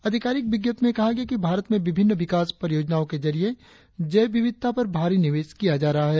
आधिकारिक विज्ञप्ति में कहा गया है कि भारत में विभिन्न विकास योजनाओ के जरिए जैव विविधता पर भारी निवेश किया जा रहा है